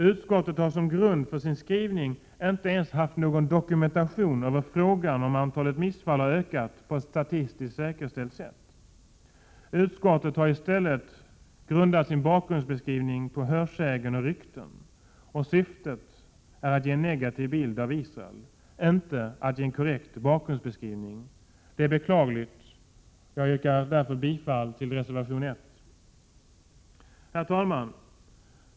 Utskottet har som grund för sin skrivning inte ens haft någon dokumentation av att antalet missfall har ökat på ett statistiskt säkerställt sätt. Utskottet har i stället grundat sin bakgrundsbeskrivning på hörsägen och rykten. Syftet är att ge en negativ bild av Israel, inte att ge en korrekt bakgrundsbeskrivning. Det är beklagligt. Jag yrkar bifall till reservation 1. Herr talman!